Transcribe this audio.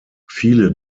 viele